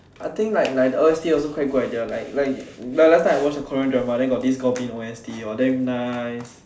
I think like like the O_S_T also quite good idea like like like last time I watch a Korean drama then got this goblin O_S_T hor damn nice